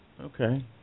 Okay